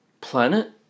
planet